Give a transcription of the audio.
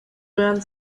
röhren